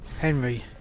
Henry